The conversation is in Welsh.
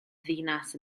ddinas